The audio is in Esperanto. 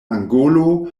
angolo